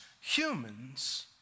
humans